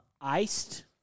Iced